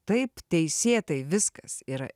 taip teisėtai viskas yra